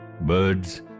birds